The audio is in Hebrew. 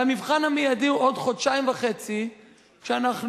והמבחן המיידי הוא עוד חודשיים וחצי כשאנחנו